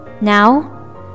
now